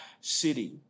city